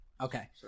Okay